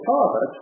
Father